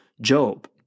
Job